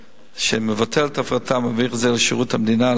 שנבטל את ההפרטה ונעביר את זה לשירות המדינה,